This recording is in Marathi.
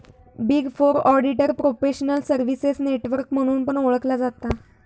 big four auditor professional services network म्हणून पण ओळखला जाता